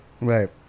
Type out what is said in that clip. Right